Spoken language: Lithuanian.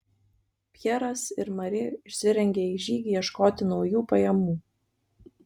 pjeras ir mari išsirengė į žygį ieškoti naujų pajamų